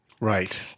Right